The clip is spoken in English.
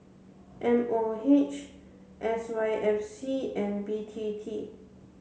M O H S Y F C and B T T